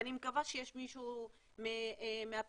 ואני מקווה שיש מישהו מהמשרד לביטחון